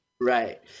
Right